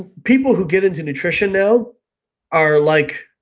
people who get into nutrition now are like,